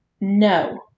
No